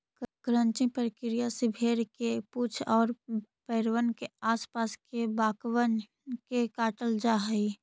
crutching प्रक्रिया से भेंड़ के पूछ आउ पैरबन के आस पास के बाकबन के काटल जा हई